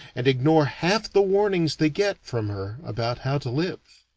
and ignore half the warnings they get from her about how to live.